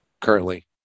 currently